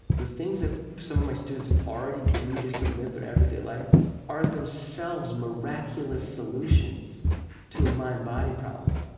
the things that some of my students already do just to live their everyday life are themselves miraculous solutions to a mind-body problem.